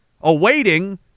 awaiting